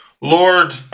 lord